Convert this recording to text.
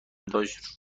داشت